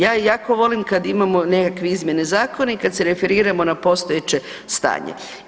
Ja jako volim kada imamo nekakve izmjene zakona i kada se referiramo na postojeće stanje.